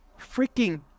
freaking